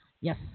Yes